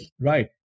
right